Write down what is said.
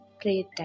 create